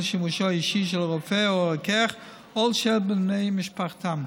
לשימושו האישי של הרופא או הרוקח או של בני משפחתם.